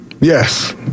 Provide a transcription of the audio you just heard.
yes